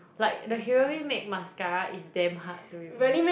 like the heroine make mascara is damn hard to remove